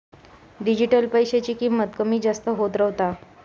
digital पैशाची किंमत कमी जास्त होत रव्हता